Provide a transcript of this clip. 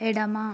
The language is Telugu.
ఎడమ